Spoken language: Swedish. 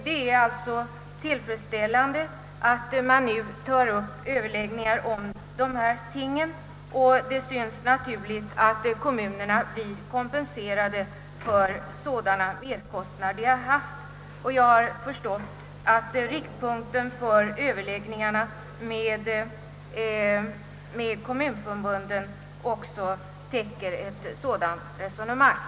Det är tillfredsställande att det nu skall upptas överläggningar om dessa ting. Kommunerna bör bli kompenserade för sådana merkostnader som de har haft och jag har förstått att riktpunkten för överläggningarna med kommunförbunden är att kommunerna skall få sådan kompensation.